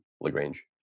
LaGrange